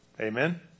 Amen